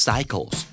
Cycles